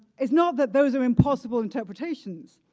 it's not that those are impossible interpretations,